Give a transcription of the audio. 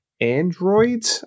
android